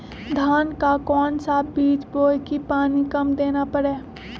धान का कौन सा बीज बोय की पानी कम देना परे?